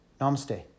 Namaste